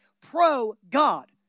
pro-God